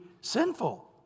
sinful